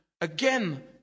again